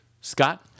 Scott